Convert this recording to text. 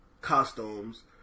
costumes